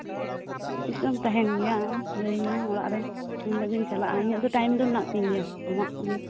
ᱛᱤᱥᱚᱜ ᱮᱢ ᱛᱟᱸᱦᱮᱱ ᱜᱮᱭᱟ ᱟᱢ ᱞᱟᱹᱭ ᱢᱮ ᱚᱲᱟᱜ ᱨᱮ ᱚᱱᱰᱮ ᱜᱤᱧ ᱪᱟᱞᱟᱜᱼᱟ ᱤᱧᱟᱹᱜ ᱫᱚ ᱴᱟᱭᱤᱢ ᱫᱚ ᱢᱮᱱᱟᱜᱼᱟ ᱛᱤᱧ ᱜᱮᱭᱟ